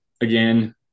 again